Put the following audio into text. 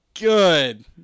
Good